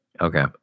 Okay